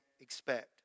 expect